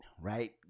right